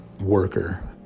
worker